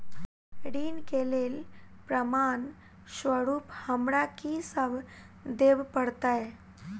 ऋण केँ लेल प्रमाण स्वरूप हमरा की सब देब पड़तय?